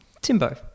Timbo